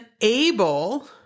able